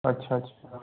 अच्छा अ